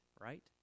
right